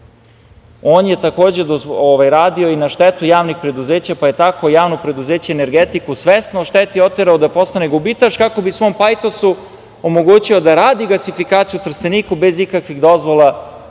On je takođe radio i na štetu javnih preduzeća, pa je tako Javno preduzeće „Energetiku“ svesno oštetio, oterao da postane gubitaš kako bi svom pajtosu omogućio da radi gasifikaciju Trstenika bez ikakvih dozvola